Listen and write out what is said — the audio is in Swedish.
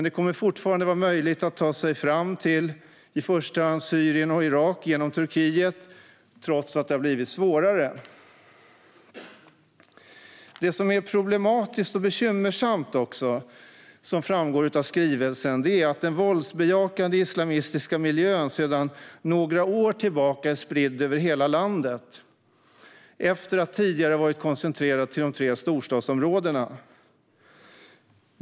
Det kommer dock fortfarande vara möjligt att ta sig fram till i första hand Syrien och Irak genom Turkiet, trots att det har blivit svårare. Det som är problematiskt och bekymmersamt, vilket framgår av skrivelsen, är att den våldsbejakande islamistiska miljön sedan några år är spridd över hela landet efter att tidigare ha varit koncentrerad till de tre storstadsområdena.